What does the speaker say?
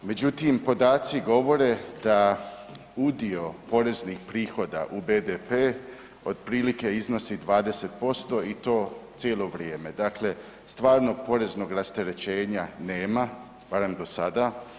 Međutim, podaci govore da udio poreznih prihoda u BDP otprilike iznosi 20% i to cijelo vrijeme, dakle stvarnog poreznog rasterećenja nema, barem do sada.